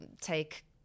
take